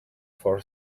for